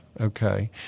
okay